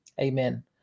amen